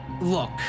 Look